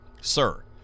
Sir